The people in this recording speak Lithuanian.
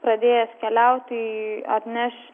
pradėjęs keliauti į atneš